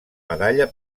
medalla